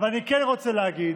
אבל אני כן רוצה להגיד